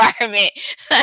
environment